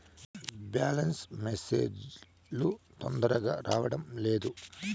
Balance message లు తొందరగా రావడం లేదు?